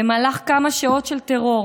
במהלך כמה שעות של טרור,